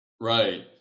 Right